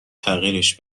تغییرش